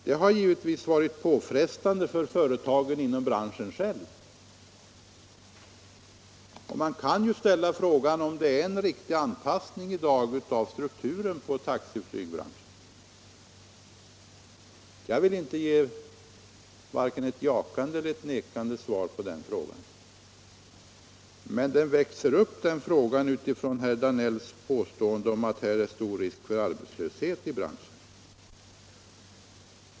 Detta har givetvis varit påfrestande för företagen själva inom branschen, och man kan ju ställa frågan, om Nr 86 anpassningen av strukturen på taxiflygbranschen i dag är riktig. Jag vill Torsdagen den inte ge vare sig ett jakande eller ett nekande svar på den frågan, men 18 mars 1976 frågan växer upp utifrån herr Danells påstående, att det är stor risk för —— arbetslöshet i branschen.